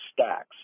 stacks